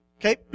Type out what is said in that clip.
Okay